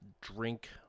drink